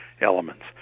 elements